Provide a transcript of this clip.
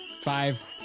five